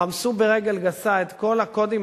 רמסו ברגל גסה את כל הקודים